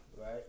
right